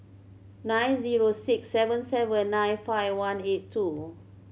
nine zero six seven seven nine five one eight two